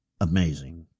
amazing